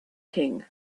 king